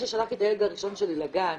כששלחתי את הילד הראשון שלי לגן,